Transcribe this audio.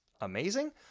amazing